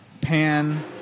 Pan